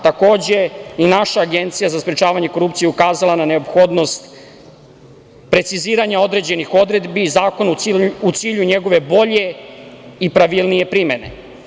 Takođe, naša Agencija za sprečavanje korupcije ukazala je na neophodnost preciziranja određenih odredbi zakona u cilju njegove bolje i pravilnije primene.